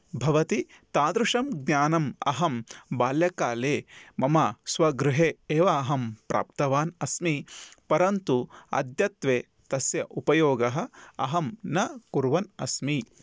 भवति तादृशं ज्ञानम् अहं बाल्यकाले मम स्वगृहे एव अहं प्राप्तवान् अस्मि परन्तु अद्यत्वे तस्य उपयोगः अहं न कुर्वन् अस्मि